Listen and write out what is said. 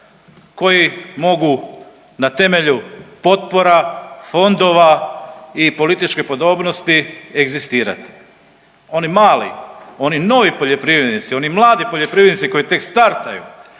koji mogu na temelju potpora, fondova i političke podobnosti egzistirati. Oni mali, oni novi poljoprivrednici, oni mladi poljoprivrednici koji tek startaju